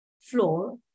floor